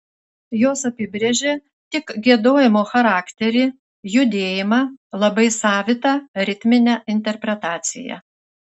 jos apibrėžė tik giedojimo charakterį judėjimą labai savitą ritminę interpretaciją